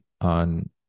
on